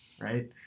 right